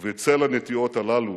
ובצל הנטיעות האלה